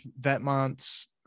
Vetmont's